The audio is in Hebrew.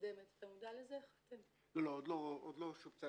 עוד לא שובצה